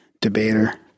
debater